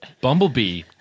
bumblebee